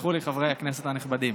יסלחו לי חברי הכנסת הנכבדים.